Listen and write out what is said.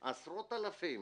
עשרות אלפים